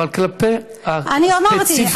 אבל כלפיו ספציפית,